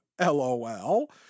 LOL